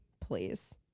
please